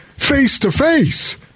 face-to-face